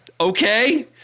okay